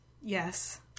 yes